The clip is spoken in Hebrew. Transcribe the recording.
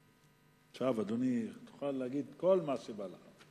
עכשיו, אדוני, תוכל להגיד כל מה שבא לך.